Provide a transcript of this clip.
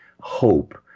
hope